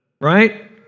Right